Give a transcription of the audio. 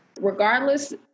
Regardless